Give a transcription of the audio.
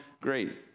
great